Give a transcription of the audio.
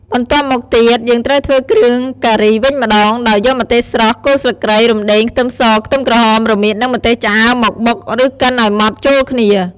បន្ទាប់មកទៀត យើងត្រូវធ្វើគ្រឿងការីវិញម្ដង ដោយយកម្ទេសស្រស់ គល់ស្លឹកគ្រៃ រុំដេង ខ្ទឹមស ខ្ទឹមក្រហម រមៀត និងម្ទេសឆ្អើរ មកបុក ឬកិនឱ្យម៉ដ្ឋចូលគ្នា។